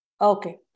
Okay